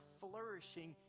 flourishing